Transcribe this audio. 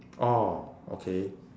oh okay